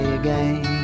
again